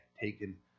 taken